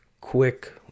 quick